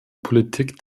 politik